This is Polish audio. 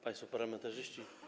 Państwo Parlamentarzyści!